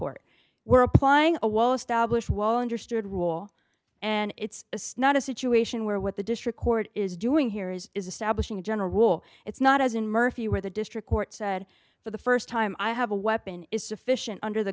court were applying a well established wall understood rule and it's not a situation where what the district court is doing here is establishing a general rule it's not as in murphy where the district court said for the st time i have a weapon is sufficient under the